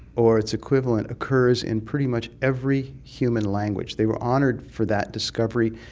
or its equivalent occurs in pretty much every human language. they were honoured for that discovery,